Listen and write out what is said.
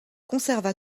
conserva